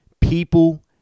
people